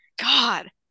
God